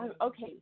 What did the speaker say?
Okay